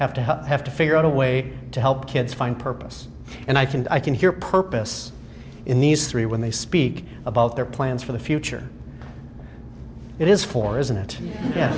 have to have to figure out a way to help kids find purpose and i think i can hear purpose in these three when they speak about their plans for the future it is for isn't it ye